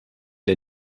der